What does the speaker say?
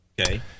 Okay